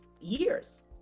years